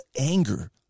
anger